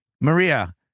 Maria